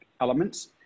elements